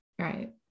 Right